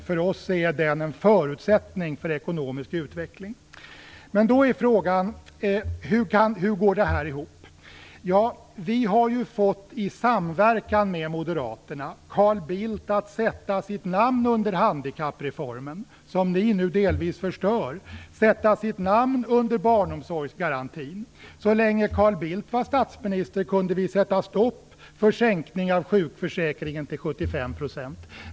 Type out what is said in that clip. För oss är den en förutsättning för ekonomisk utveckling. Men då är frågan: Hur går detta ihop? Vi har i samverkan med Moderaterna fått Carl Bildt att sätta sitt namn under handikappreformen, som ni nu delvis förstör, och under barnomsorgsgarantin. Så länge Carl Bildt var statsminister kunde vi sätta stopp för sänkningen i sjukförsäkringen till 75 %.